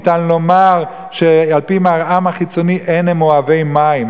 ניתן לומר שעל-פי מראם החיצוני אין הם אוהבי מים.